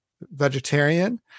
vegetarian